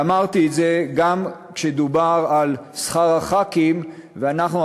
ואמרתי את זה גם כשדובר על שכר הח"כים ואנחנו,